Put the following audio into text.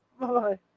Bye-bye